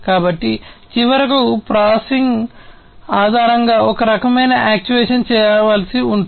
కాబట్టి చివరకు ప్రాసెసింగ్ ఆధారంగా ఒకరకమైన యాక్చుయేషన్ చేయవలసి ఉంటుంది